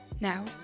Now